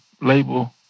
label